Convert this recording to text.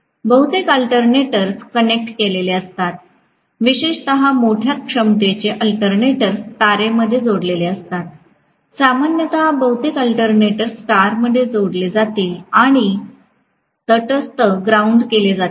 बहुतेक alternators connect केलेले असतात विशेषत मोठ्या क्षमतेचे अल्टरनेटर्स तारेमध्ये जोडलेले असतात सामान्यत बहुतेक अल्टरनेटर्स स्टारमध्ये जोडले जातील आणि तटस्थ ग्राउंड केले जातील